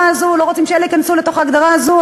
הזאת לא רוצים שאלה ייכנסו לתוך ההגדרה הזאת,